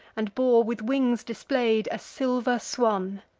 and bore, with wings display'd, a silver swan.